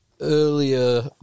earlier